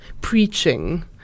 preaching